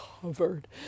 covered